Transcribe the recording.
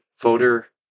voter